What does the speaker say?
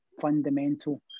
fundamental